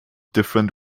different